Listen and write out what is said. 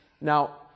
Now